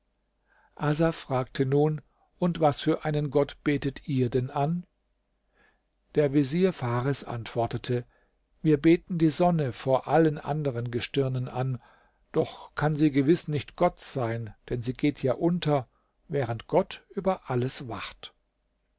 fragte nun und was für einen gott betet ihr denn an der vezier fares antwortete wir beten die sonne vor allen anderen gestirnen an doch kann sie gewiß nicht gott sein denn sie geht ja unter während gott über alles wacht